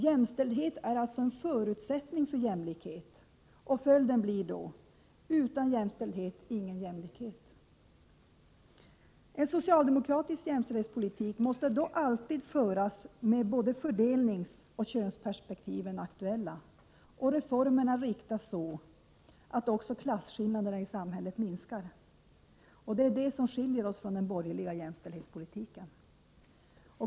Jämställdhet är alltså en förutsättning för jämlikhet, och följden blir: utan jämställdhet ingen jämlikhet. En socialdemokratisk jämställdhetspolitik måste därför alltid föras med både fördelningsoch könsperspektiven aktuella och reformerna riktas så att också klasskillnaderna i samhället minskar. Det är detta som skiljer den från den borgerliga jämställdhetspolitiken.